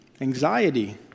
anxiety